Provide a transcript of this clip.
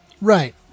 Right